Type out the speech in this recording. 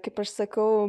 kaip aš sakau